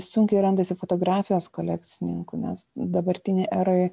sunkiai randasi fotografijos kolekcininkų nes dabartinėj eroj